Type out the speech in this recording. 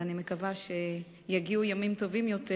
ואני מקווה שיגיעו ימים טובים יותר